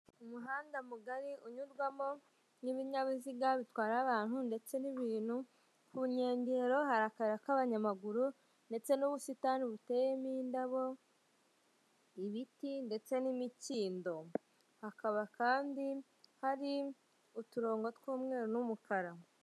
Umuhanda mugari unyurwamo n'ibinyabiziga bitwara abantu ndetse n'ibintu, ku nkengero hari akayira k'abanyamaguru ndetse n'ubusitani buteyemo indabo, ibiti ndetse n'imikindo, hakaba kandi hari uturongo tw'umweru n'umukara.